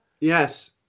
yes